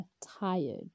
tired